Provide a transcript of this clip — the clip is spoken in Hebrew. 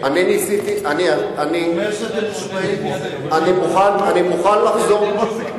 הוא אומר שאתם מושפעים, בתשובתך תשאל.